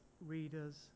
readers